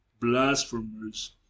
blasphemers